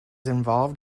involved